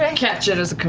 and catch it as it comes